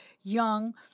young